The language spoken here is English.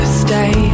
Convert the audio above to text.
stay